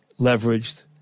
leveraged